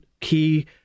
key